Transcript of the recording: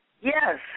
Yes